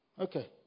Okay